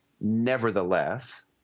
Nevertheless